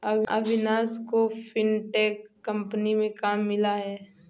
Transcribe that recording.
अविनाश को fintech company में काम मिला है